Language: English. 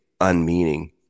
unmeaning